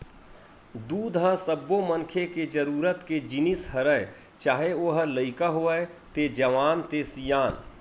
दूद ह सब्बो मनखे के जरूरत के जिनिस हरय चाहे ओ ह लइका होवय ते जवान ते सियान